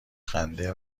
خنده